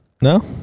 No